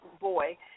boy